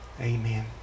Amen